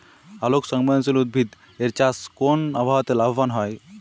আলোক সংবেদশীল উদ্ভিদ এর চাষ কোন আবহাওয়াতে লাভবান হয়?